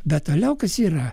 bet toliau kas yra